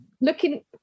Looking